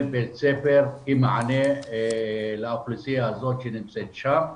בית ספר כמענה לאוכלוסייה הזאת שנמצאת שם.